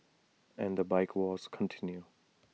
and the bike wars continue